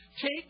Take